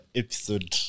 episode